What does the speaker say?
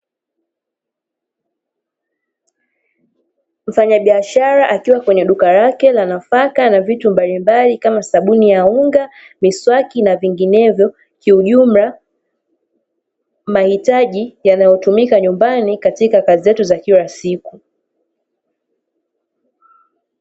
Mfanyabiashara akiwa kwenye duka lake la nafaka na vitu mbalimbali kama sabuni ya unga, miswaki na vinginevyo kiujumla mahitaji yanayotumika nyumbani katika kazi zetu za kila siku.